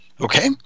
Okay